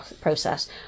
process